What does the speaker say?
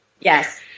Yes